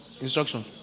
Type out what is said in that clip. Instruction